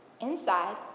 Inside